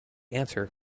answer